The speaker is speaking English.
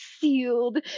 sealed